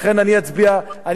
לכן אני אצביע, מה אתה מצביע?